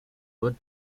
would